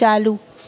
चालू